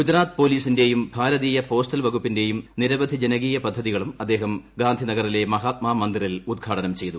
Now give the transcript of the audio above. ഗുജറാത്ത് പോലീസിന്റെയും ഭാരതീയ പോസ്റ്റൽ വകുപ്പിന്റെയും നിരവധി ജനകീയ പദ്ധതികളും അദ്ദേഹം ഗാന്ധി നഗറിലെ മഹാത്മാമന്ദിറിൽ ഉദ്ഘാടനം ചെയ്തു